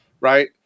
right